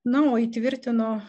na o įtvirtino